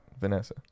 Vanessa